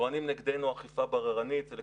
טוענים נגדנו, אכיפה בררנית, סלקטיבית,